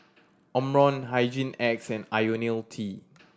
Omron Hygin X and Ionil T